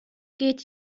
geht